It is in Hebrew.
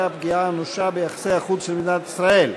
פגיעה אנושה ביחסי החוץ של מדינת ישראל.